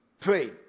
Pray